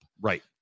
Right